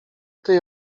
tej